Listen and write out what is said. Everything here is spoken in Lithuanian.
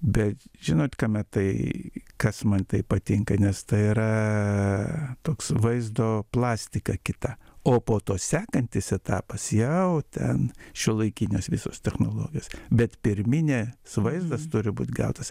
bet žinot kame tai kas man tai patinka nes tai yra toks vaizdo plastika kita o po to sekantis etapas jau ten šiuolaikinės visos technologijos bet pirminė vaizdas turi būt gautas